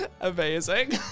Amazing